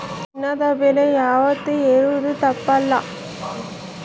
ಚಿನ್ನದ ಬೆಲೆ ಯಾವಾತ್ತೂ ಏರೋದು ತಪ್ಪಕಲ್ಲ